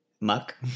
muck